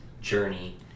journey